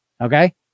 okay